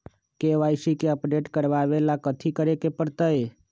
KYC के update करवावेला कथि करें के परतई?